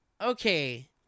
okay